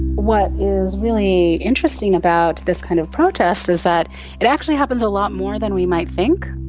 what is really interesting about this kind of protest is that it actually happens a lot more than we might think.